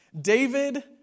David